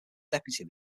deputy